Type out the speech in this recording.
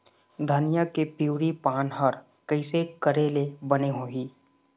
धनिया के पिवरी पान हर कइसे करेले बने होही?